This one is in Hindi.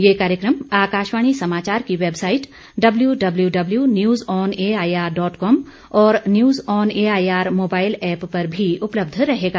यह कार्यक्रम आकाशवाणी समाचार की website news on AIR dot com और news on AIR mobile app पर भी उपलब्ध रहेगा